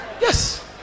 Yes